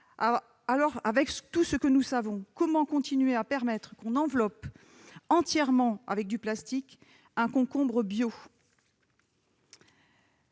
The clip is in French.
Avec tout ce que nous savons, comment continuer de permettre qu'on enveloppe entièrement de plastique un concombre bio ?